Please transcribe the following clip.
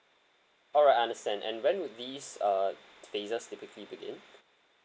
alright understand and when would these uh phases typically begin